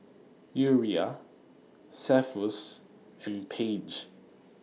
Uriah Cephus and Paige